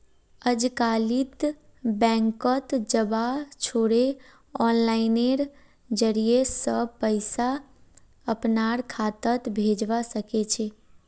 अजकालित बैंकत जबा छोरे आनलाइनेर जरिय स पैसा अपनार खातात भेजवा सके छी